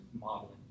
modeling